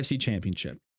Championship